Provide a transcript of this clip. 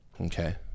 Okay